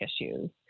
issues